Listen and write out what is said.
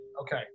Okay